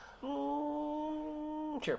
Sure